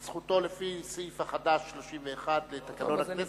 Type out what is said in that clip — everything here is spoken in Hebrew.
זכותו לפי הסעיף החדש 31 לתקנון הכנסת.